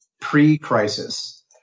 pre-Crisis